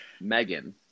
Megan